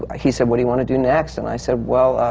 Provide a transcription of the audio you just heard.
he said, what do you want to do next? and i said, well,